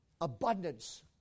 abundance